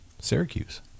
Syracuse